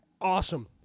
Awesome